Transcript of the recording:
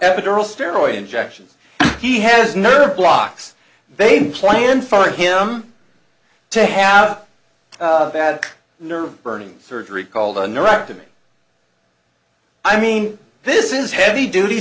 epidural steroid injections he has nerve blocks they plan for him to have a bad nerve burning surgery called a neurotic to me i mean this is heavy duty